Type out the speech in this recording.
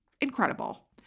incredible